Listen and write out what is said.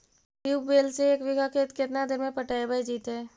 Tubewell से एक बिघा खेत केतना देर में पटैबए जितै?